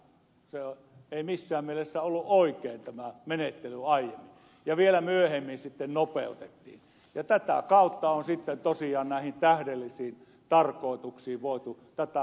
se ei missään mielessä ollut oikein tämä menettely aiemmin ja vielä myöhemmin tätä sitten nopeutettiin ja tätä kautta on sitten tosiaan näihin tähdellisiin tarkoituksiin voitu tätä rahaa jakaa